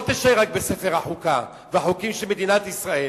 תישאר רק בספר החוקה והחוקים של מדינת ישראל,